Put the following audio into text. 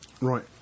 Right